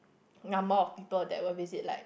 the amount of people that will visit like